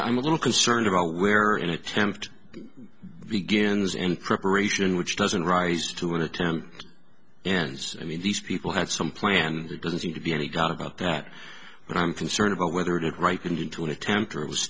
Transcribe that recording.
i'm a little concerned about where an attempt begins in preparation which doesn't rise to an attempt ends i mean these people had some plan it doesn't seem to be any got about that i'm concerned about whether it right into an attempt or it was